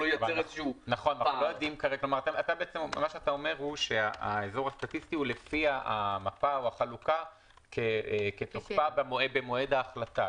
אתה אומר שהאזור הסטטיסטי הוא לפי המפה או החלוקה כתוקפה במועד ההחלטה,